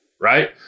right